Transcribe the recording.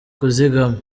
kuzigama